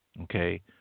okay